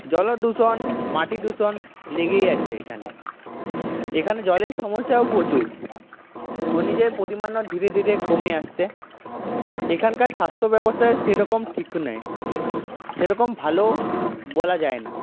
জল দূষণ মাটি দূষণ লেগেই আছে এখানে এখানে জলের সমস্যাও প্রচুর খনিজের পরিমাণও ধীরে ধীরে কমে আসছে এখানকার স্বাস্থ্যব্যবস্থা সেরকম ঠিক নেই সে রকম ভালোও বলা যায় না